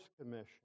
commission